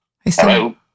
hello